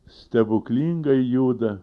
stebuklingai juda